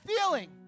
feeling